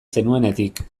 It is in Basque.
zenuenetik